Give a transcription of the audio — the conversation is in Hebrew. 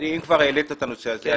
אם כבר העלית את הנושא הזה,